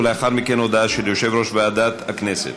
ולאחר מכן הודעה של יושב-ראש ועדת הכנסת.